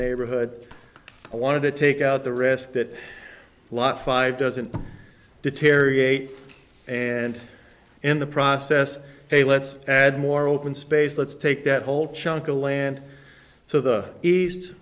neighborhood i wanted to take out the risk that a lot five doesn't deteriorate and in the process hey let's add more open space let's take that whole chunk of land so the east